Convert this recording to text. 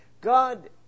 God